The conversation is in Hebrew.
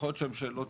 יכול להיות שהן שאלות